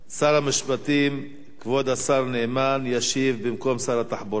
שר המשפטים כבוד השר נאמן ישיב במקום שר התחבורה.